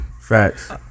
Facts